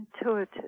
intuitive